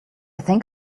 think